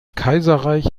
kaiserreich